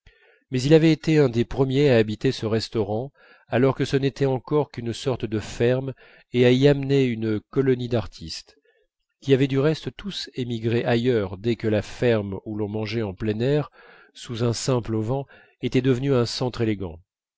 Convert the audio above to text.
mais il avait été un des premiers à habiter ce restaurant alors que ce n'était encore qu'une sorte de ferme et à y amener une colonie d'artistes qui avaient du reste tous émigré ailleurs dès que la ferme où l'on mangeait en plein air sous un simple auvent était devenue un centre élégant